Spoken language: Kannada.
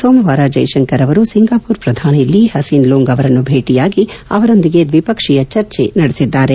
ಸೋಮವಾರ ಜೈಶಂಕರ್ ಅವರು ಸಿಂಗಾಪುರ್ ಪ್ರಧಾನಿ ಲೀ ಹಸೀನ್ ಲೂಂಗ್ ಅವರನ್ನು ಭೇಟಿಯಾಗಿ ಅವರೊಂದಿಗೆ ದ್ವಿಪಕ್ಷೀಯ ಚರ್ಚೆ ನಡೆಸಿದ್ದಾರೆ